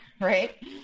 Right